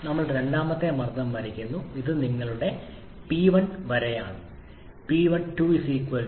ഞങ്ങൾ രണ്ടാമത്തെ മർദ്ദം വരയ്ക്കുന്നു ഇത് നിങ്ങളുടെ പി 1 വരിയാണ് ഇത് നിങ്ങളുടെ പി 2 വരിയാണ് പി 2 0